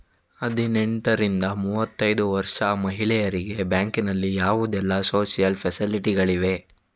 ಹದಿನೆಂಟರಿಂದ ಮೂವತ್ತೈದು ವರ್ಷ ಮಹಿಳೆಯರಿಗೆ ಬ್ಯಾಂಕಿನಲ್ಲಿ ಯಾವುದೆಲ್ಲ ಸೋಶಿಯಲ್ ಫೆಸಿಲಿಟಿ ಗಳಿವೆ?